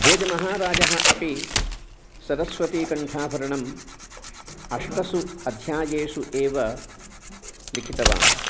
भोजमहाराजः अपि सरस्वतीकण्ठाभरणम् अष्टसु अध्यायेषु एव लिखितवान्